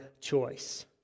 choice